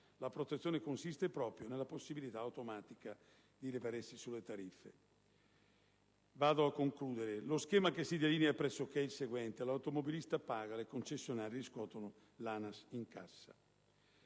La protezione consiste proprio nella possibilità automatica di rivalersi sulle tariffe. Lo schema che si delinea è pressoché il seguente: l'automobilista paga, le concessionarie riscuotono, l'ANAS incassa.